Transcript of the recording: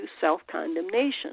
self-condemnation